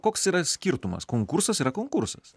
koks yra skirtumas konkursas yra konkursas